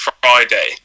Friday